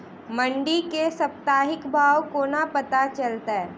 मंडी केँ साप्ताहिक भाव कोना पत्ता चलतै?